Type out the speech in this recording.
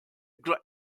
great